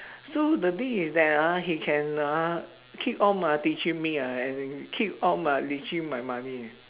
so the thing is that ah he can ah keep on ah teaching me ah and keep on ah leaching my money